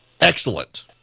Excellent